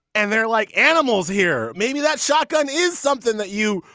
and they're like animals here. maybe that shotgun is something that you.